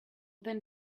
then